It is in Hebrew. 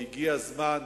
הגיע הזמן